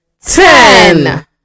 ten